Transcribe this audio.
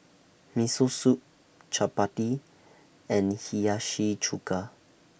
Miso Soup Chapati and Hiyashi Chuka